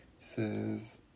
says